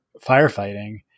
firefighting